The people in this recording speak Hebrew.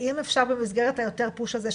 האם אפשר במסגרת היותר פוש הזה,